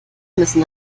müssen